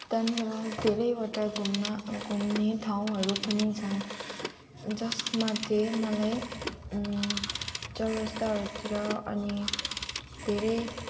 त्यहाँनिर धेरैवटा घुम्न घुम्ने ठाउँहरू पनि छन् जसमा चाहिँ मलाई चौरास्ताहरूतिर अनि धेरै